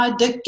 de